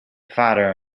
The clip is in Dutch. vader